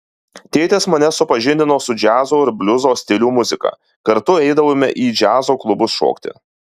tėtis mane supažindino su džiazo ir bliuzo stilių muzika kartu eidavome į džiazo klubus šokti